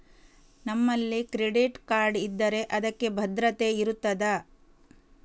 ನಮ್ಮಲ್ಲಿ credit card ಇದ್ದರೆ ಅದಕ್ಕೆ ಭದ್ರತೆ ಇರುತ್ತದಾ?